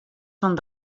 fan